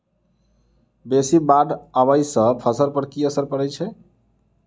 बेसी बाढ़ आबै सँ फसल पर की असर परै छै?